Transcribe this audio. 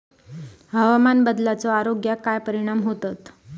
हवामान बदलाचो आरोग्याक काय परिणाम होतत?